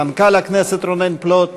מנכ"ל הכנסת רונן פלוט,